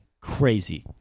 Crazy